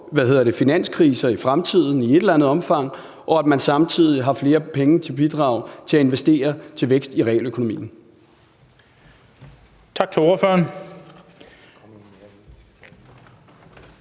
finanskriser i fremtiden, samt at man samtidig har flere penge til at investere i vækst i realøkonomien.